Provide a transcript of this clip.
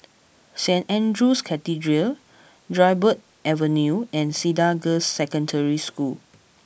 Saint Andrew's Cathedral Dryburgh Avenue and Cedar Girls' Secondary School